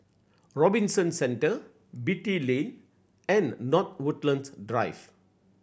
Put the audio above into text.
Robinson Centre Beatty Lane and North Woodlands Drive